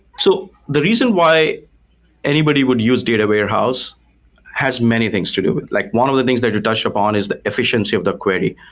so the reason why anybody would use data warehouse has many things to do. like one of the things that you touched upon is the efficiency of the query.